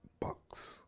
bucks